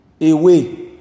away